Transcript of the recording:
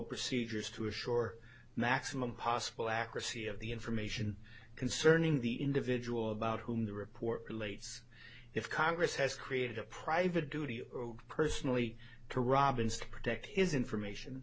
procedures to assure maximum possible accuracy of the information concerning the individual about whom the report relates if congress has created a private duty or personally to robyn's to protect his information